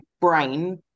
brain